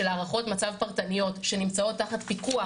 של הערכות מצב פרטניות שנמצאות תחת פיקוח